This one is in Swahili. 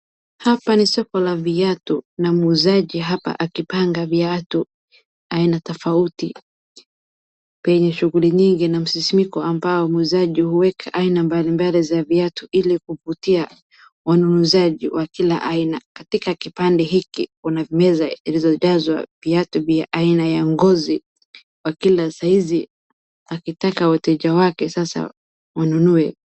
Hapa ni soko la viatu, na muuzaji hapa akipanga viatu aina tofauti penye shughuli nyingi na msisimiko ambo muuzaji huweka aina mbalimbali za viatu ili kuvutia wanunuzaji wa kila aina. Katika kipande hiki kuna meza iliyojazwa viatu vya aina ya ngozi wa kila saizi akitaka wateja wake sasa wanunue.